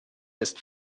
ist